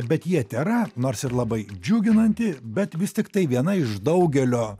bet jie tėra nors ir labai džiuginanti bet vis tiktai viena iš daugelio